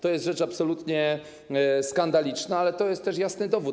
To jest rzecz absolutnie skandaliczna, ale to jest też jasny dowód.